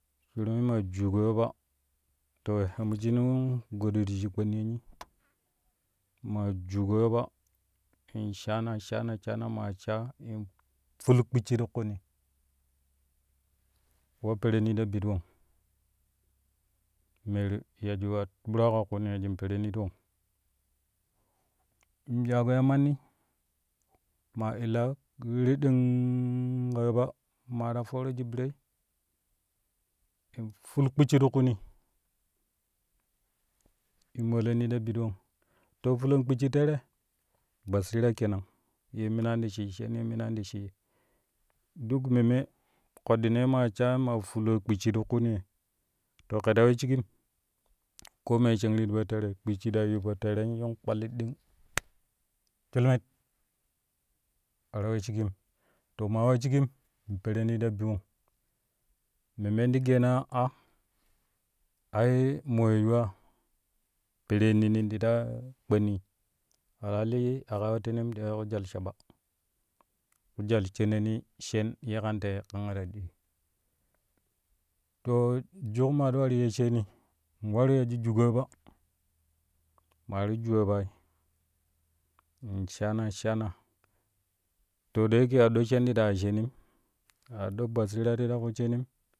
Shurmi ma juugo yoba to ya mo shinuu godu ti shik kpani yenni maa juugo yoba in shana shan shan ma sha ful kpicci ti kuuni wa pereni ti ta bi won meru yaji wa turaa ka kuuni yajin pereni ti won in shaaƙo ya manni maa illa ya ra raddang ka yoba ma ti foro shi biroi in ful kpicci ti kuuni in maalani ta bi won to fulon kpicci tere basira kenan ye minan ti shi shen ye minan ti shi duk memme koɗɗinee ma sha fuloo kpicci ti kuuni ye to ke ta we shigim ko me shengri ti po tere kpicci ta yi po tere in kpali ɗing shwilmit a ta we shigim to maa wa shigim peneni ta bi won memmen ti geena a ai mo ye yuwaa perenin ti ta kpanni a li a ka wotenem ta yooro jwal shaɓa ku jwal sonani shen ye kan tei kangrei to juk ma ti warii ya sheeni in waru yaji juugo yoba maa ti juwo yoba in shana shana to da yake a doo shen ti la aa sheenim a doo basira ti la ku sheaii